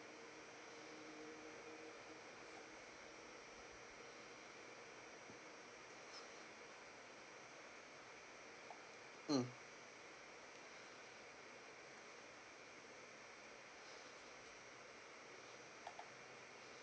mm